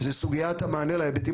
היא בנוגע לסוגיית המענה על ההיבטים